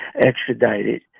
extradited